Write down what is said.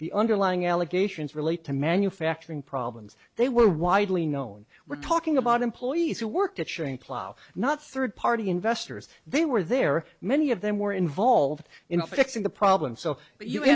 the underlying allegations relate to manufacturing problems they were widely known were talking about employees who worked at shearing plough not third party investors they were there many of them were involved in fixing the problem so you